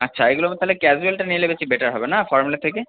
আচ্ছা এগুলোর মধ্যে তালে ক্যাজুয়েলটা নিলে বেশি বেটার হবে না ফর্মালের থেকে